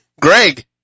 Greg